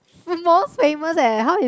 most famous eh how is